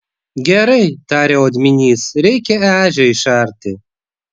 gerai tarė odminys reikia ežią išarti